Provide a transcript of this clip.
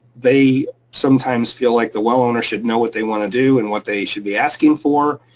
they sometimes feel like the well owner should know what they wanna do and what they should be asking for.